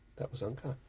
that was unkind.